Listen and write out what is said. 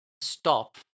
stop